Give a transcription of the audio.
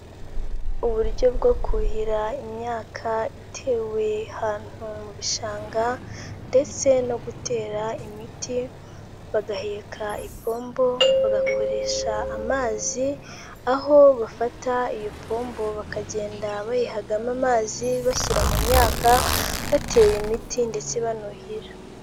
Uburyo bwo kuhira imyaka itewe ahantu mu bishanga ndetse no gutera imiti bagaheka ipombo, bagakoresha amazi, aho bafata iyo pombo bakagenda bayihagamo amazi bashyira mu myaka, batera imiti ndetse banuhira.